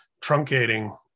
truncating